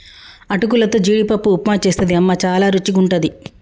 అటుకులతో జీడిపప్పు ఉప్మా చేస్తది అమ్మ చాల రుచిగుంటది